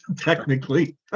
technically